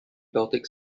baltic